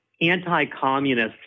anti-communist